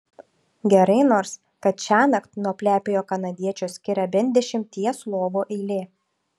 gerai nors kad šiąnakt nuo plepiojo kanadiečio skiria bent dešimties lovų eilė